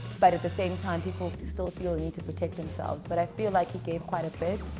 but at the same time people who still feel a need to protect themselves but i feel like he gave quite a bit